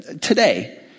Today